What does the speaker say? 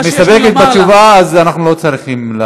אנחנו לא צריכים,